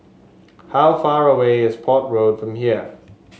how far away is Port Road from here